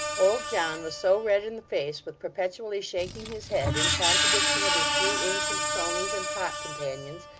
old john was so red in the face with perpetually shaking his head in contradiction of his three ancient cronies and pot companions,